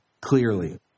clearly